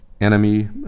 enemy